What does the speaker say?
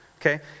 okay